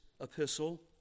epistle